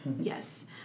Yes